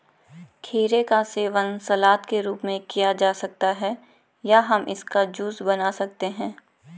खीरे का सेवन सलाद के रूप में किया जा सकता है या हम इसका जूस बना सकते हैं